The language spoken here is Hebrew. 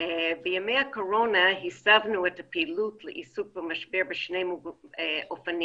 בימי הקורונה הסבנו את הפעילות לעיסוק במשבר בשני אופנים: